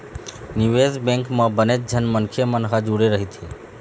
निवेश बेंक म बनेच झन मनखे मन ह जुड़े रहिथे